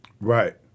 Right